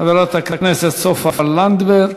חברת הכנסת סופה לנדבר.